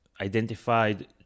identified